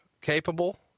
capable